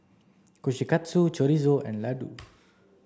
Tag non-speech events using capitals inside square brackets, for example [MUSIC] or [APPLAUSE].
Kushikatsu Chorizo and Ladoo [NOISE]